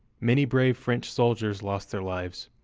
many brave french soldiers lost their lives,